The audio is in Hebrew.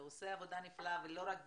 אתה עושה עבודה נפלאה ולא רק ביקנעם.